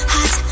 Hot